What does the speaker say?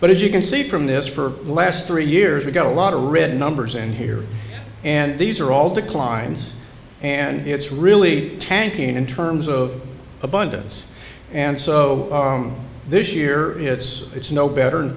but as you can see from this for the last three years we've got a lot of rig numbers in here and these are all declines and it's really tanking in terms of abundance and so this year it's it's no better